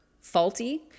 faulty